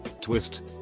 twist